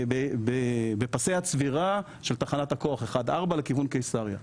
בפסי הצבירה של תחנת הכוח 1-4 לכיוון קיסריה.